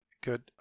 Good